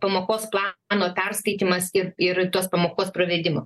pamokos plano perskaitymas ir ir tos pamokos pravedimo